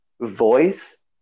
voice